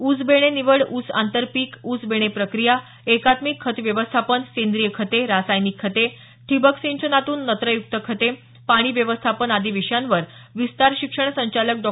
ऊस बेणे निवड ऊस आंतर पिक ऊस बेणे प्रक्रिया एकात्मिक खत व्यवस्थापन सेंद्रीय खते रासायनिक खते ठिबक सिंचनातून नत्रयुक्त खते पाणी व्यवस्थापन आदी विषयांवर विस्तार शिक्षण संचालक डॉ